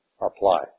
apply